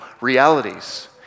realities